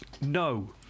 No